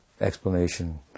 explanation